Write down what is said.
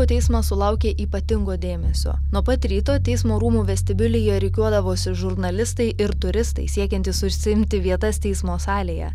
teismas sulaukė ypatingo dėmesio nuo pat ryto teismo rūmų vestibiulyje rikiuodavosi žurnalistai ir turistai siekiantys užsiimti vietas teismo salėje